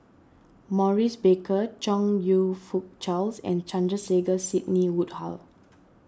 Maurice Baker Chong You Fook Charles and Sandrasegaran Sidney Woodhull